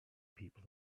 people